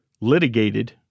litigated